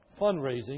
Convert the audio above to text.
fundraising